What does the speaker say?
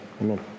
Amen